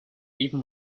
even